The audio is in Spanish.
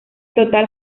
total